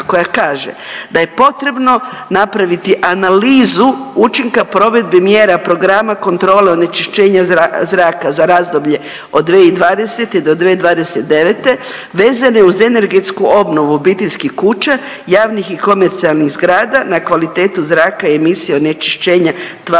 koja kaže da je potrebno napraviti analizu učinka provedbe mjera programa kontrole onečišćenja zraka za razdoblje od 2020.-2029. vezano uz energetsku obnovu obiteljskih kuća, javnih i komercijalnih zgrada na kvalitetu zraka i emisije onečišćenja tvari